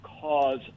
cause